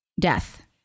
death